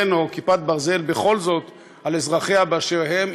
או כיפת ברזל בכל זאת על אזרחיה באשר הם,